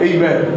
Amen